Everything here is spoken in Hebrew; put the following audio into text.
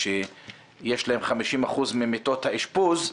שיש להם 50% ממיטות האשפוז,